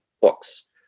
books